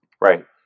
Right